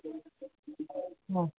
ആ